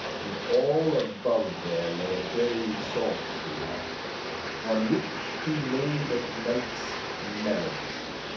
and all above there lay a gay psalt'ry on which he made at nightes melody,